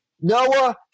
Noah